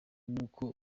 nuko